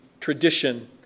tradition